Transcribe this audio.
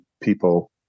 people